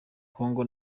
congo